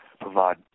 provide